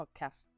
podcast